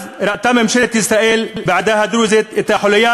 אז ראתה ממשלת ישראל בעדה הדרוזית את החוליה